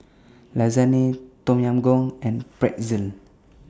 Lasagne Tom Yam Goong and Pretzel